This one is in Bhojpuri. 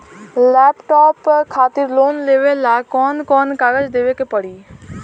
लैपटाप खातिर लोन लेवे ला कौन कौन कागज देवे के पड़ी?